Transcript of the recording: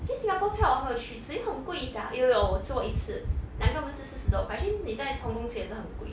actually singapore 翠华我还没有去吃因为很贵 [sial] 有有有我吃过一次两个人吃四十多块 actually 你在 hong-kong 吃也是很贵